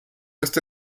está